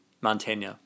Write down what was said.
Montaigne